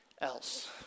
else